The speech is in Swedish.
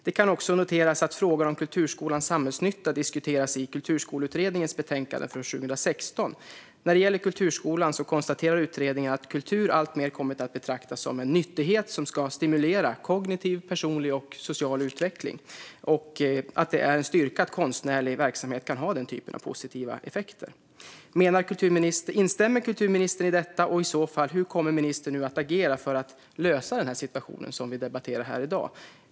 Det kan också noteras att kulturskolans samhällsnytta diskuteras i Kulturskoleutredningens betänkande från 2016. Utredningen konstaterar att kultur alltmer kommit att betraktas som en nyttighet som ska "stimulera kognitiv, personlig och social utveckling" och att det är en styrka att konstnärlig verksamhet kan ha den typen av positiva effekter. Instämmer kulturministern i detta? Hur kommer ministern i så fall att agera nu för att lösa situationen som vi debatterar här i dag?